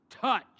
touch